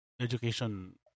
education